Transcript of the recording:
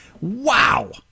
Wow